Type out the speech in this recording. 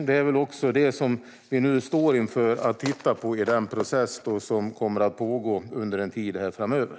Det är också det som vi nu står inför att titta på i den process som kommer att pågå under en tid framöver.